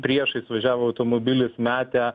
priešais važiavo automobilis metė